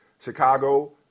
Chicago